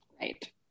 Right